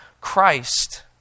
Christ